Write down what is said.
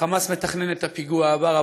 ה"חמאס" מתכנן את הפיגוע הבא.